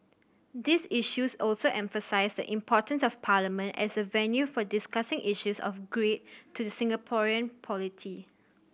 these issues also emphasise the importance of Parliament as a venue for discussing issues of great to the Singaporean polity